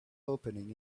opening